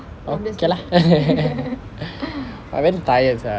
okay lah I very tired sia